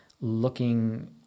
looking